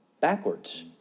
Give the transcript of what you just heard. backwards